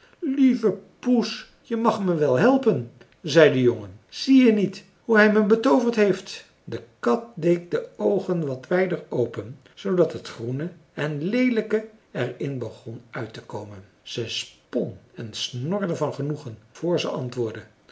lieve poes je mag me wel helpen zei de jongen zie je niet hoe hij me betooverd heeft de kat deed de oogen wat wijder open zoodat het groene en leelijke er in begon uit te komen ze spon en snorde van genoegen vr ze antwoordde